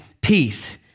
peace